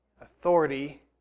Authority